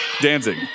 Dancing